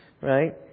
right